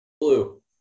Blue